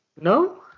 No